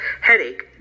headache